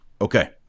Okay